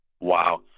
Wow